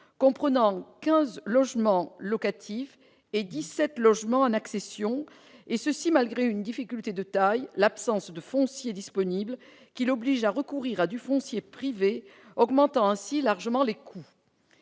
incluent 15 logements locatifs et 17 logements en accession, et cela malgré une difficulté de taille : l'absence de foncier disponible, qui oblige la commune à recourir à du foncier privé, ce qui augmente largement les coûts.